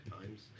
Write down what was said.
Times